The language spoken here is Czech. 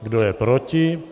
Kdo je proti?